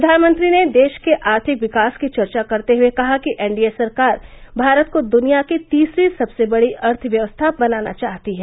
प्रधानमंत्री ने देश के आर्थिक विकास की चर्चा करते हुए कहा कि एनडीए सरकार भारत को दुनिया की तीसरी सबसे बड़ी अर्थव्यवस्था बनाना चाहती है